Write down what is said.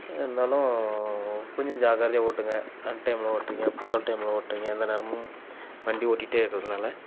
இருந்தாலும் கொஞ்சம் ஜாக்கிரதையாக ஓட்டுங்க அன்டைமில் ஓட்டுறீங்க பகல் டைமில் ஓட்டுறீங்க எந்த நேரமும் வண்டி ஓட்டிக்கிட்டே இருக்கிறதினால